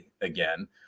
again